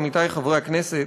עמיתי חברי הכנסת,